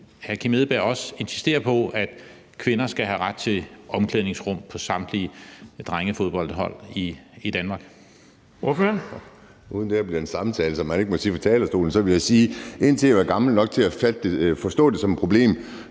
hr. Kim Edberg Andersen også insistere på, at kvinder skal have ret til at komme ind i omklædningsrummet ved samtlige drengefodboldhold i Danmark?